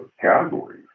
categories